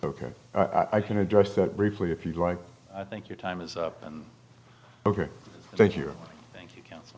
ok i can address that briefly if you'd like i think your time is up and ok thank you thank you counsel